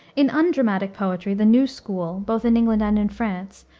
in undramatic poetry the new school, both in england and in france,